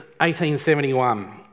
1871